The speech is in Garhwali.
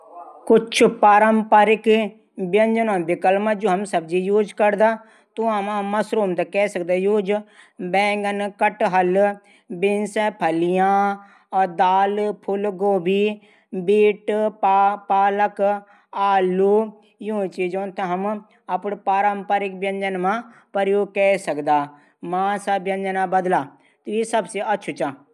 कुछ पारम्परिक व्यजनों रूप मा हम सब्जी यूज करदा त्वां हम मसरूम थै कै सकदा यूज बैगन कटहल बींनस फलियां। दाल गोबी बीट पालक आलू यूं चीजों तै हम पारम्परिक व्यजन मा प्रयोग कै सकदा तू यू सबसे अछू चा।